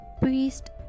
Priest